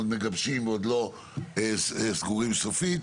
מגבשים ועוד לא סגורים עליהם סופית,